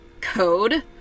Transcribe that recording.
code